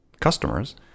customers